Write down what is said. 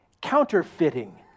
counterfeiting